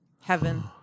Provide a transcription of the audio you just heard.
Heaven